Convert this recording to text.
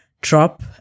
drop